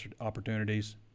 opportunities